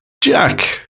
Jack